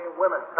women